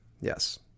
Yes